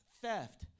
theft